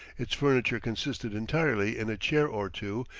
its furniture consisted entirely in a chair or two,